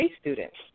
students